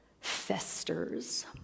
festers